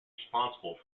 responsible